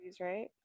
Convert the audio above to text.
right